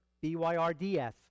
B-Y-R-D-S